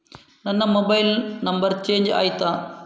ನನ್ನ mobile number change ಆಯ್ತಾ?